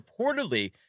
reportedly